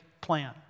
plan